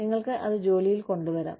നിങ്ങൾക്ക് അത് ജോലിയിൽ കൊണ്ടുവരാം